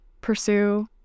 pursue